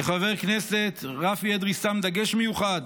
כחבר הכנסת, רפי אדרי שם דגש מיוחד